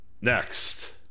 Next